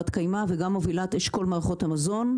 קיימא וגם מובילת אשכול מערכות המזון,